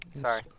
Sorry